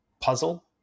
puzzle